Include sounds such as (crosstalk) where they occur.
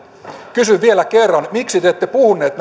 kysyn vielä kerran miksi te ette puhuneet (unintelligible)